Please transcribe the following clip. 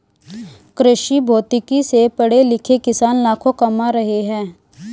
कृषिभौतिकी से पढ़े लिखे किसान लाखों कमा रहे हैं